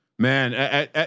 Man